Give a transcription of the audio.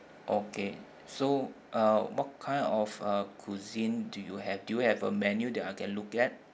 okay so uh what kind of uh cuisine do you have do you have a menu that I can look at